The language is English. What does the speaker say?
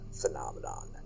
Phenomenon